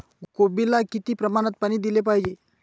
कोबीला किती प्रमाणात पाणी दिले पाहिजे?